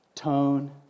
Tone